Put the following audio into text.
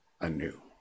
anew